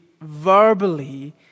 verbally